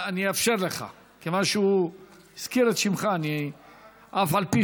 אני אאפשר לך, כיוון שהוא הזכיר את שמך, אף על פי